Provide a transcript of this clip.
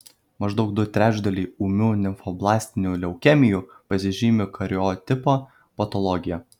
maždaug du trečdaliai ūmių limfoblastinių leukemijų pasižymi kariotipo patologija